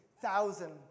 Thousand